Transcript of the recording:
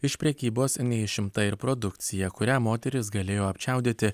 iš prekybos neišimta ir produkcija kurią moteris galėjo apčiaudėti